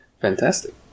Fantastic